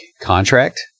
contract